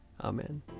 Amen